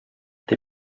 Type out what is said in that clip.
the